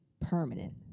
permanent